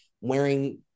wearing